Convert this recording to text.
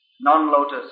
non-lotus